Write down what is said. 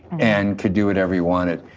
and could do whatever you wanted.